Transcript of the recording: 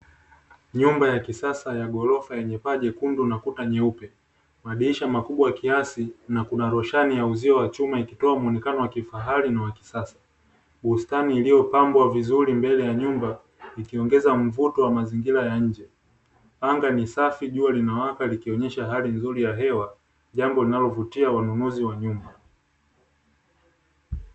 Nyumba ya kisasa ya ghorofa yenye paa jekundu na kuta nyeupe, madirisha makubwa kiasi na kuna roshani ya uzio wa chuma ikitoa mwonekano wa kifahari na wa kisasa, bustani iliyopambwa vizuri mbele ya nyumba ikiongeza mvuto wa mazingira ya nje, anga ni safi jua linawaka likionyesha hali nzuri ya hewa, jambo linalovutia wanunuzi wa nyumba.